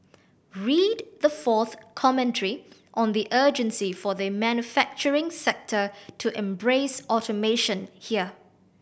read the fourth commentary on the urgency for the manufacturing sector to embrace automation here